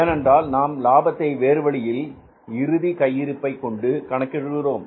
ஏனென்றால் நாம் லாபத்தை வேறு வழியில் இறுதி கையிருப்பை கொண்டு கணக்கிடுகிறோம்